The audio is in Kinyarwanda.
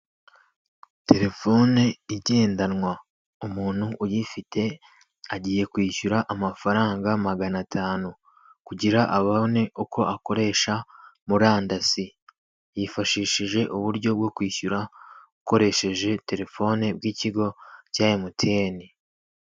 Telefone igendanwa, umuntu uyifite agiye kwishyura amafaranga magana atanu kugira abone uko akoresha murandasi, yifashishije uburyo bwo kwishyura ukoresheje telefone bw'ikigo cya emutiyeni.